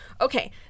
Okay